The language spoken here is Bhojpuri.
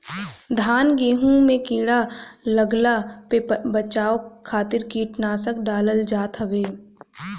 धान गेंहू में कीड़ा लागला पे बचाव खातिर कीटनाशक डालल जात हवे